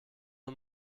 the